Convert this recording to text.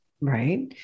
Right